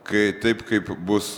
kai taip kaip bus